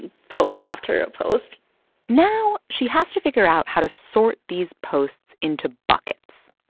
post after post now she has to figure out how to sort these posts into buckets.